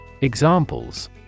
Examples